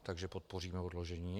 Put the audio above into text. Takže podpoříme odložení.